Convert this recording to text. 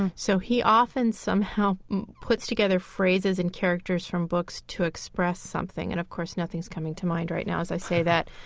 and so he often somehow puts together phrases and characters from books to express something. and of course, nothing's coming to mind right now as i say that.